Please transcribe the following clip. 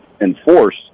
enforce